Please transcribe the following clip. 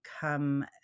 come